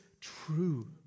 true